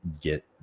get